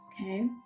okay